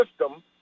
system